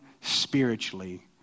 spiritually